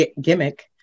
gimmick